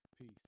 Peace